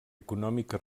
econòmica